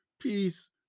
peace